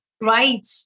right